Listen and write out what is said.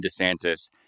DeSantis